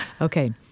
Okay